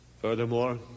Furthermore